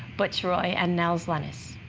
butch roy and nels lennes.